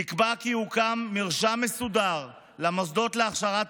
נקבע כי יוקם מרשם מסודר למוסדות להכשרת